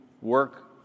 work